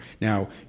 Now